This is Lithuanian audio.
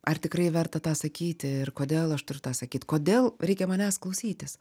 ar tikrai verta tą sakyti ir kodėl aš turiu tą sakyt kodėl reikia manęs klausytis